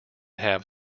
have